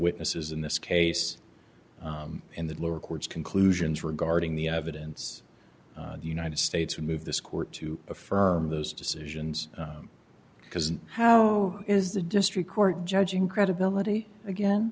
witnesses in this case in the lower court's conclusions regarding the evidence the united states would move this court to affirm those decisions because how is the district court judge incredibility again